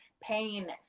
pain